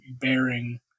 bearing